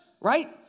right